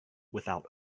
without